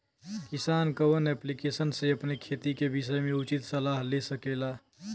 किसान कवन ऐप्लिकेशन से अपने खेती के विषय मे उचित सलाह ले सकेला?